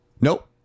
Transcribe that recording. Nope